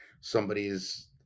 somebody's